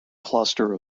cluster